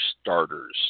Starters